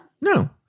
No